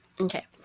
okay